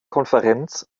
konferenz